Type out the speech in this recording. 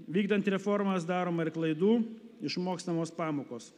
vykdant reformas daroma ir klaidų išmokstamos pamokos